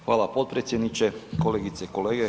Hvala potpredsjedniče, kolegice i kolege.